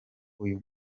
uyu